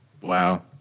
Wow